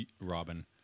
Robin